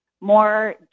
more